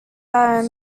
are